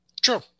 True